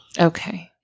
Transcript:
okay